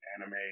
anime